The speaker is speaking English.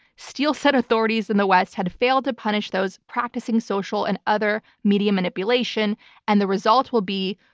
steele said authorities in the west had failed to punish those practicing social and other media manipulation and the result will be,